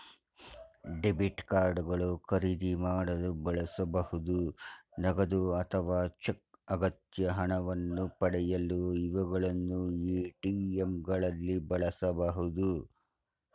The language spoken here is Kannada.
ಡೆಬಿಟ್ ಕಾರ್ಡ್ ಗಳು ಖರೀದಿ ಮಾಡಲು ಬಳಸಬಹುದು ನಗದು ಅಥವಾ ಚೆಕ್ ಅಗತ್ಯ ಹಣವನ್ನು ಪಡೆಯಲು ಇವುಗಳನ್ನು ಎ.ಟಿ.ಎಂ ಗಳಲ್ಲಿ ಬಳಸಬಹುದು